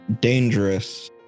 dangerous